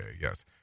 Yes